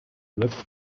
looked